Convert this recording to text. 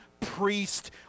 priest